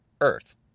earth